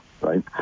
right